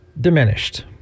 diminished